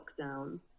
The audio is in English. lockdown